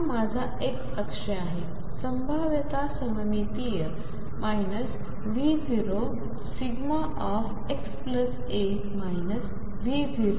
तर हा माझा x अक्ष आहे संभाव्यता सममितीय V0xa V0